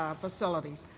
um facilities,